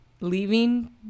leaving